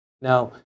Now